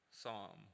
psalm